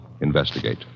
investigate